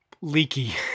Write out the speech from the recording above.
leaky